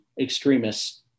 extremists